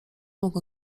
mogą